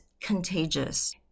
contagious